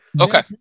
Okay